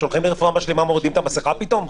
כשהולכים לרפואה משלימה מורידים את המסכה פתאום?